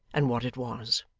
and what it was.